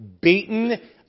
beaten